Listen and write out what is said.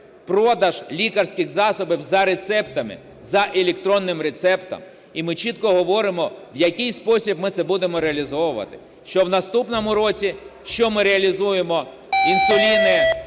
"продаж лікарських засобів за рецептами, за електронним рецептом". І ми чітко говоримо, в який спосіб ми це будемо реалізовувати. Що в наступному році, що ми реалізуємо інсуліни,